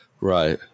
Right